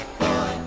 boy